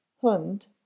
Hund